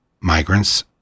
migrants